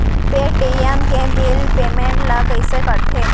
Paytm के bill payment ल कइसे करथे?